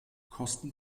kosten